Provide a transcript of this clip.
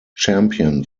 champion